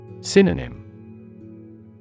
Synonym